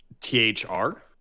T-H-R